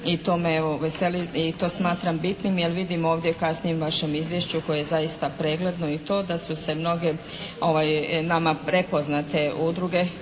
i to smatram bitnim jer vidim ovdje kasnije u vašem izvješću koje je zaista pregledno i to da su se mnoge nama prepoznate udruge